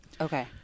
Okay